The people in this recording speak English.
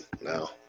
now